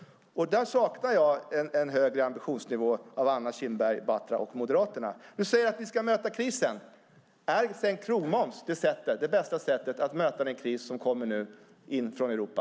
Jag saknar en högre ambitionsnivå av Anna Kinberg Batra och Moderaterna. Ni säger att ni ska möta krisen. Är sänkt krogmoms det bästa sättet att möta den kris som nu kommer från Europa?